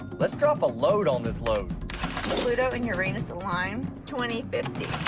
let's drop a load on this load pluto and uranus align twenty fifty.